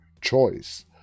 choice